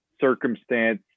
circumstance